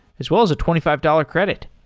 as well as a twenty five dollars credit.